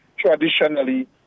Traditionally